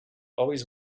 always